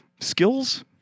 skills